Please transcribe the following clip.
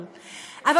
וידברו נגד, אבל